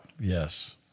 Yes